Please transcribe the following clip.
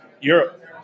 Europe